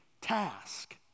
task